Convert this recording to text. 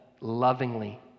lovingly